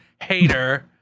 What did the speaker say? hater